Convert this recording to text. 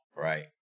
Right